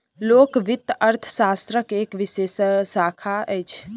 लोक वित्त अर्थशास्त्रक एक विशेष शाखा अछि